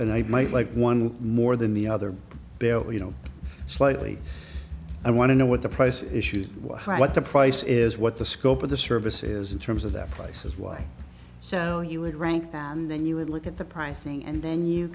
and i might like one more than the other there were you know slightly i want to know what the price issues what what the price is what the scope of the service is in terms of that prices why so you would rank them then you would look at the pricing and then you